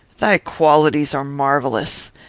thy qualities are marvellous.